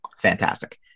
fantastic